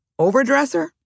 overdresser